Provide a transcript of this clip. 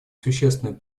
существенную